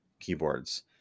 keyboards